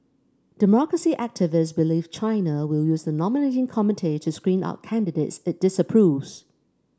democracy activists believe China will use the nominating committee to screen out candidates it disapproves